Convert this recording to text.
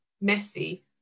messy